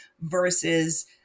versus